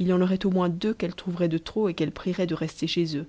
il y en aurait au moins deux qu'elle trouverait de trop et qu'elle prierait de rester chez eux